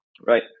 right